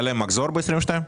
היה להם מחזור ב-2022?